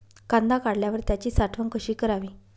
कांदा काढल्यावर त्याची साठवण कशी करावी?